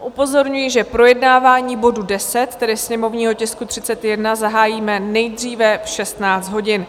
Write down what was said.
Upozorňuji, že projednávání bodu 10, tedy sněmovního tisku 31, zahájíme nejdříve v 16 hodin.